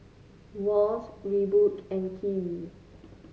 Wall's Reebok and Kiwi